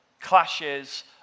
clashes